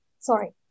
sorry